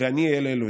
ואני אהיה להם לאלהים.